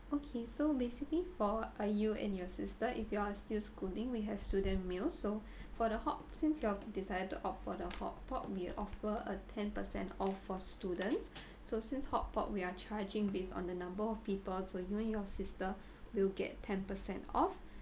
okay so basically for uh you and your sister if you are still schooling we have student meals so for the hot~ since you have decided to opt for the hotpot we offer a ten percent off for students so since hotpot we're charging based on the number of people so you and your sister will get ten percent off